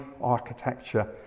architecture